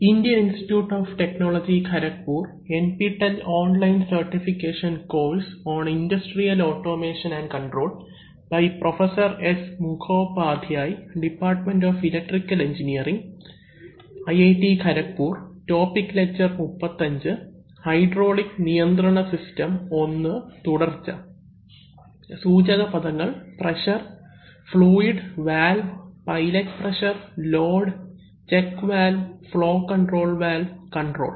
സൂചക പദങ്ങൾ pressure fluid valve pilot pressure load check valve flow control valve control